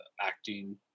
acting